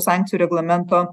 sankcijų reglamento